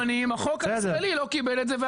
יש כאלה שטוענים, החוק לא קיבל את זה.